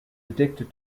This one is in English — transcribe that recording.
addicted